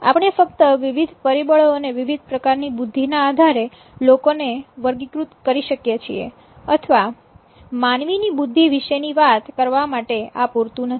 આપણે ફક્ત વિવિધ પરિબળો અને વિવિધ પ્રકારની બુદ્ધિના આધારે લોકોને વર્ગીકૃત કરી શકીએ છીએ અથવા માનવીની બુદ્ધિ વિશેની વાત કરવા માટે આ પૂરતું નથી